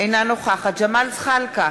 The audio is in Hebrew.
אינה נוכחת ג'מאל זחאלקה,